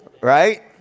Right